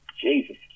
Jesus